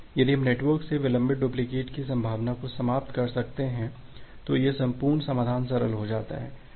यदि हम नेटवर्क से विलंबित डुप्लिकेट की संभावना को समाप्त कर सकते हैं तो यह संपूर्ण समाधान सरल हो जाता है